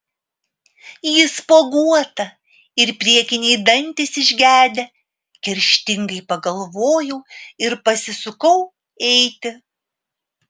ji spuoguota ir priekiniai dantys išgedę kerštingai pagalvojau ir pasisukau eiti